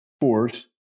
force